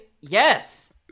yes